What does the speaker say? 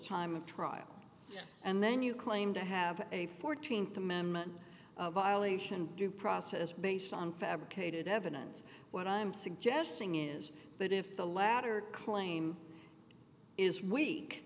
time of trial yes and then you claim to have a fourteenth amendment violation due process based on fabricated evidence what i'm suggesting is that if the latter claim is weak